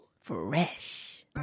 Fresh